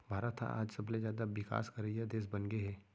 भारत ह आज सबले जाता बिकास करइया देस बनगे हे